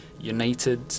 United